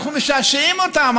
אנחנו משעשעים אותם,